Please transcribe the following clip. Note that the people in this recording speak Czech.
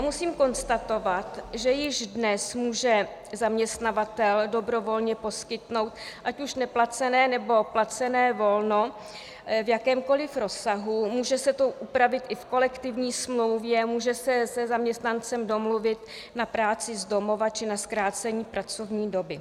Musím konstatovat, že již dnes může zaměstnavatel dobrovolně poskytnout ať už neplacené, nebo placené volno v jakémkoliv rozsahu, může se to upravit i v kolektivní smlouvě, může se se zaměstnancem domluvit na práci z domova či na zkrácení pracovní doby.